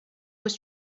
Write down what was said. was